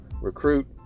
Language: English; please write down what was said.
recruit